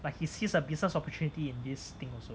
like he sees a business opportunity in this thing also